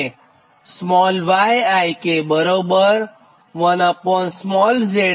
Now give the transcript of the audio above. અને આ સમીકરણ 1 છે